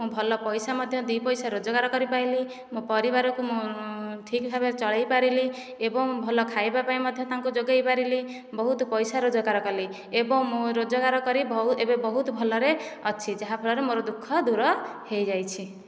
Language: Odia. ମୁଁ ଭଲ ପଇସା ମଧ୍ୟ ଦୁଇ ପଇସା ରୋଜଗାର କରିପାରିଲି ମୋ ପରିବାରକୁ ମୁଁ ଠିକ ଭାବେ ଚଳେଇ ପାରିଲି ଏବଂ ଭଲ ଖାଇବାପାଇଁ ମଧ୍ୟ ତାଙ୍କୁ ଯୋଗେଇ ପାରିଲି ବହୁତ ପଇସା ରୋଜଗାର କଲି ଏବଂ ମୁଁ ରୋଜଗାର କରି ବହୁ ଏବେ ବହୁତ ଭଲରେ ଅଛି ଯାହାଫଳରେ ମୋର ଦୁଃଖ ଦୂର ହେଇଯାଇଛି